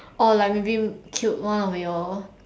or like maybe killed one will be your